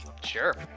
Sure